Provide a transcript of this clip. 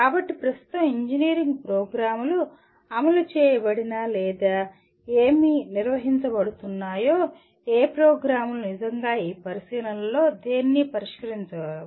కాబట్టి ప్రస్తుతం ఇంజనీరింగ్ ప్రోగ్రామ్లు అమలు చేయబడిన లేదా ఏమి నిర్వహించబడుతున్నాయో ఏ ప్రోగ్రామ్లు నిజంగా ఈ పరిశీలనలో దేనినీ పరిష్కరించవు